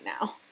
now